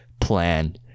plan